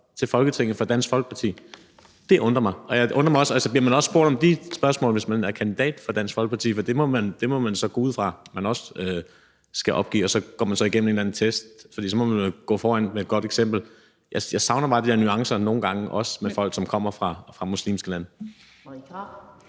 til Folketinget for Dansk Folkeparti. Det undrer mig, og jeg undrer mig også over, om man så bliver stillet de spørgsmål, altså hvis man er kandidat for Dansk Folkeparti. For de oplysninger må man gå ud fra man skal opgive og så gå igennem en eller anden test; man må jo gå foran med et godt eksempel. Jeg savner bare de der nuancer nogle gange, også med hensyn til folk, som kommer fra muslimske lande.